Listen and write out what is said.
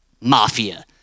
mafia